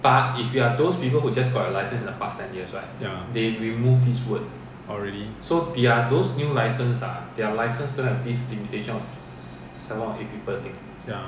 ya oh really ya